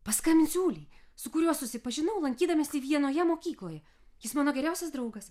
paskambinsiu ulei su kuriuo susipažinau lankydamiesi vienoje mokykloje jis mano geriausias draugas